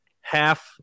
half